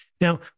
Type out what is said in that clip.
Now